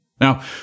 Now